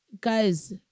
guys